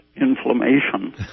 inflammation